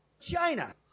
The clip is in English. China